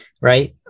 right